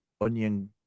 onion